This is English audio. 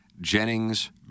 Jennings